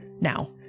now